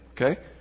Okay